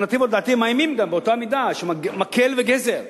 הם מאיימים באותה מידה, מקל וגזר.